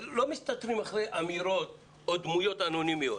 לא מסתתרים מאחרי אמירות או דמויות אנונימיות.